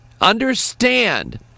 Understand